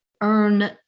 earn